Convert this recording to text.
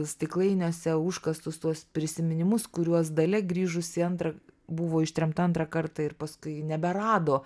stiklainiuose užkastus tuos prisiminimus kuriuos dalia grįžusi antrą buvo ištremta antrą kartą ir paskui neberado